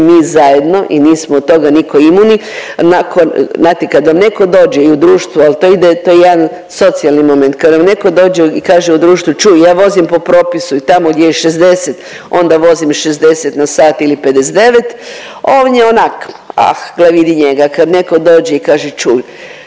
mi zajedno i nismo od toga nitko imuni, nakon, znate kad vam netko dođe i u društvu al to ide, to je jedan socijalni moment. Kad vam netko dođe i kaže u društvu čuj ja vozim po propisu i tamo gdje je 60 onda vozim 60 na sat ili 59, on je onak ah gle vidi njega. Kad netko dođe i kaže čuj,